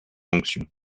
onction